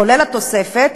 כולל התוספת,